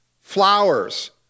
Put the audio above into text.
flowers